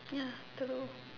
ya true